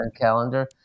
calendar